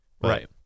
Right